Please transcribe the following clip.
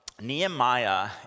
Nehemiah